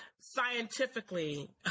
scientifically